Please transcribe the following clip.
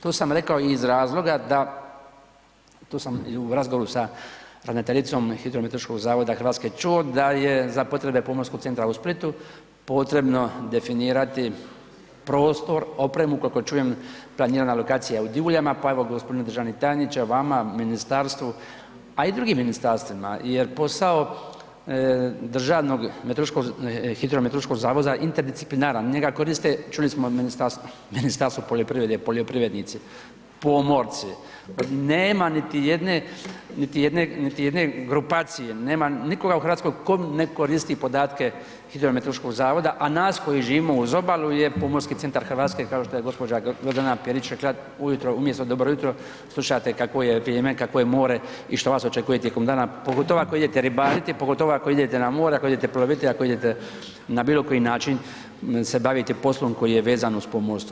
To sam rekao i iz razloga da, to sam i u razgovoru sa ravnateljicom Hidrometeorološkog zavoda čuo da je za potrebe pomorskog centra u Splitu potrebno definirati prostor, opremu koliko čujem planirana je lokacija u Divuljama pa evo gospodine državni tajniče vama, ministarstvu a i drugim ministarstvima, jer posao Državnog hidrometeorološkog zavoda je interdisciplinaran, njega koriste, čuli smo ministarstva, Ministarstvo poljoprivrede i poljoprivrednici, pomorci, nema niti jedne grupacije, nema nikoga u Hrvatskoj tko ne koristi podatke Hidrometeorološkog zavoda a nas koji živimo uz obalu je pomorski centar Hrvatske kao što je gospođa Grozdana Perić rekla ujutro, umjesto dobro jutro, slušate kakvo je vrijeme, kakvo je more i što vas očekuje tijekom dana, pogotovo ako idete ribariti, pogotovo ako idete na more, ako idete ploviti, ako idete na bilo koji način se baviti poslom koji je vezan uz pomorstvo.